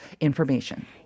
information